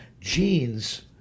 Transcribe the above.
Genes